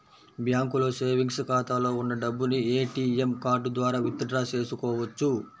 బ్యాంకులో సేవెంగ్స్ ఖాతాలో ఉన్న డబ్బును ఏటీఎం కార్డు ద్వారా విత్ డ్రా చేసుకోవచ్చు